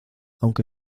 aunque